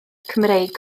cymreig